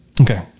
Okay